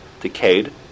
decayed